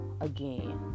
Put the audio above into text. again